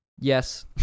Yes